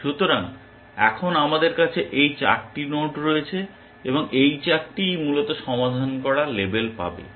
সুতরাং এখন আমাদের কাছে এই 4টি নোড রয়েছে এবং 4টিই মূলত সমাধান করা লেবেল পাবে